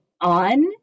on